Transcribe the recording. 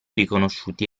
riconosciuti